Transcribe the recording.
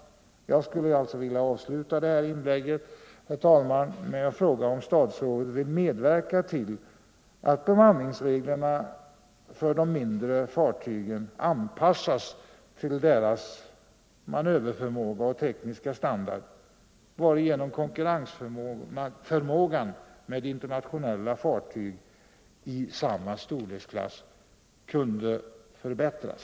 Jag skulle alltså vilja avsluta detta inlägg, herr talman, med att fråga om statsrådet vill medverka till att bedömningsreglerna för de mindre fartygen anpassas till deras manöverförmåga och tekniska standard, varigenom förmågan att konkurrera med internationella fartyg i samma storleksklass kunde förbättras.